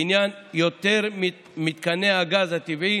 לעניין יתר מתקני הגז הטבעי